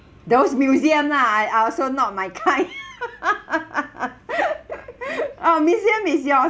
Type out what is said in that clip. those museum lah I are also not my kind oh museum is yours